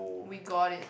we got it